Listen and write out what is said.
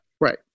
right